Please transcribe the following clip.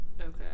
okay